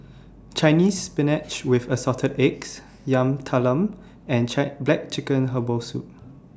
Chinese Spinach with Assorted Eggs Yam Talam and Check Black Chicken Herbal Soup